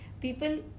people